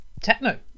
techno